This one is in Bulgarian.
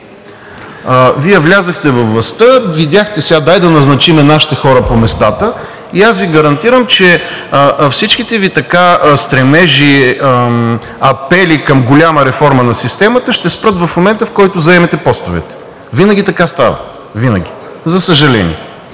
Вие влязохте във властта, видяхте и сега дай да назначим нашите хора по местата. Аз Ви гарантирам, че всичките Ви стремежи и апели към голяма реформа на системата ще спрат в момента, в който заемете постовете. Винаги така става – винаги, за съжаление.